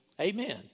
Amen